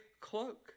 cloak